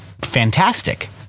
fantastic